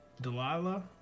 Delilah